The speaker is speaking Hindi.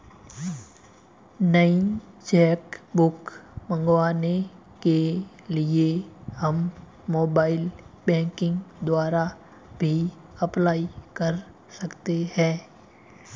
नई चेक बुक मंगवाने के लिए हम मोबाइल बैंकिंग द्वारा भी अप्लाई कर सकते है